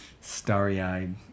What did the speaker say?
starry-eyed